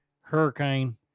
Hurricane